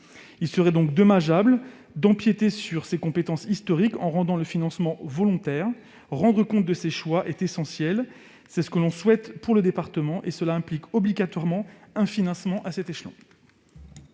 Il serait donc dommageable d'empiéter sur les compétences historiques du département en rendant son financement volontaire. Rendre compte de ses choix est essentiel. C'est ce que l'on souhaite pour le département, et cela implique obligatoirement un financement à cet échelon.